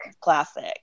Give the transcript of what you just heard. classic